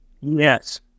Yes